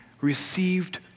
received